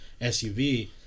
SUV